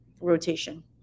rotation